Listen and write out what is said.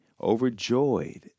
overjoyed